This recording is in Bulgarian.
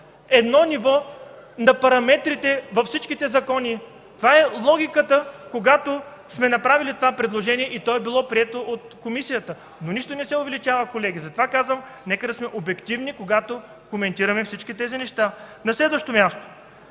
едно ниво на параметрите във всички закони. Това е логиката, когато сме направили това предложение и то е било прието от комисията. Колеги, нищо не се увеличава. Затова казвам, нека да сме обективни, когато коментираме тези неща. На следващо място,